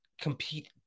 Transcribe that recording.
compete